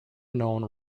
known